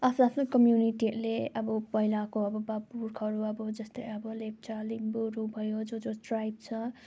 आफ्नो आफ्नो कम्युनिटीहरूले अब पहिलाको अब वा पुर्खाहरू अब जस्तो अब लेप्चा लिम्बूहरू भयो जो जो ट्राइब छ